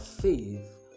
faith